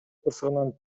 кырсыгынан